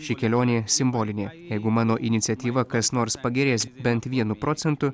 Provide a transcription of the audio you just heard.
ši kelionė simbolinė jeigu mano iniciatyva kas nors pagerės bent vienu procentu